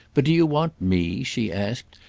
but do you want me, she asked,